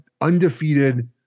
undefeated